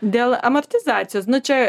dėl amortizacijos nu čia